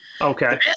Okay